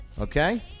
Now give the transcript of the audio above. Okay